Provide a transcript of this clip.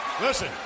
Listen